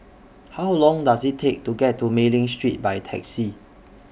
How Long Does IT Take to get to Mei Ling Street By Taxi